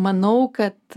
manau kad